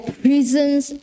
prisons